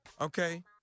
Okay